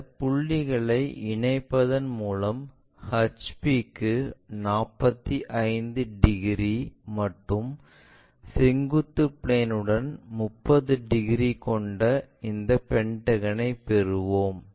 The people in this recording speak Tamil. இந்த புள்ளிகளை இணைப்பதன் மூலம் HPக்கு 45 டிகிரி மற்றும் செங்குத்து பிளேன் உடன் 30 டிகிரி கொண்ட இந்த பென்டகனைப் பெறுவோம்